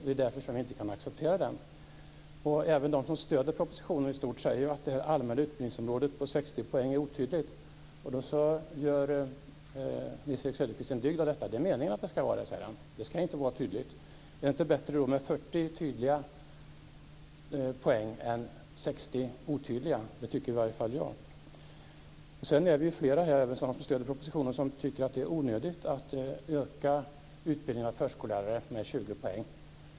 Det är därför som vi inte kan acceptera den. Även de som stöder propositionen i stort säger att det allmänna utbildningsområdet på 60 poäng är otydligt. Då gör Nils Erik Söderqvist en dygd av detta. Han säger att det är meningen att det ska vara så. Det ska inte vara tydligt. Är det då inte bättre med 40 tydliga poäng än 60 otydliga? Det tycker i alla fall jag. Vi är flera här, tillsammans med dem som stöder propositionen, som tycker att det är onödigt att öka utbildningen av förskollärare med 20 poäng.